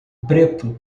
preto